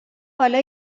حالا